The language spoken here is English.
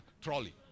trolley